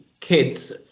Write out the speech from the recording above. kids